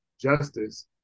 justice